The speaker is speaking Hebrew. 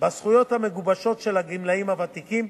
בזכויות המגובשות של הגמלאים הוותיקים,